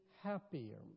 happier